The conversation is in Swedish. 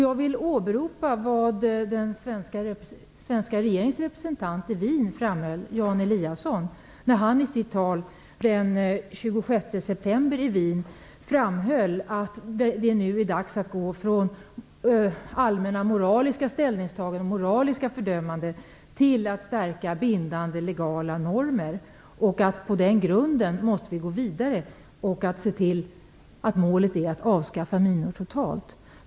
Jag vill åberopa vad den svenska regeringens representant i Wien, Jan Eliasson, framhöll. I sitt tal i Wien den 26 september framhöll han att det nu är dags att gå från allmänna moraliska ställningstaganden och moraliska fördömanden till att stärka bindande legala normer. Vi måste gå vidare på den grunden och se till att målet är att avskaffa minor totalt.